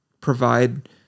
provide